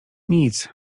nic